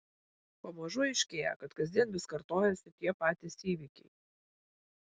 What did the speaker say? pamažu aiškėja kad kasdien vis kartojasi tie patys įvykiai